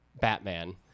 Batman